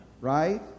Right